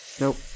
Nope